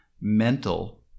mental